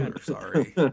Sorry